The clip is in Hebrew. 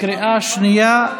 בקריאה הראשונה.